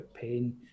pain